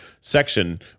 section